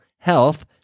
Health